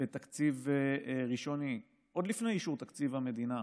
בתקציב ראשוני, עוד לפני אישור תקציב המדינה,